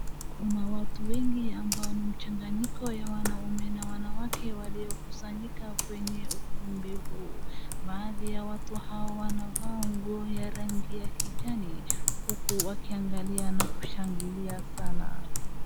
Kuna watu wengi ambao ni mchanganyiko ya wanaume na wanawake walio kusanyika kwenye ukumbi huu. Baadhi ya watu hawa wanavaa nguo ya rangi ya kijani huku wakiangalia na kushangilia sana.